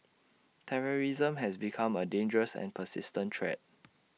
terrorism has become A dangerous and persistent threat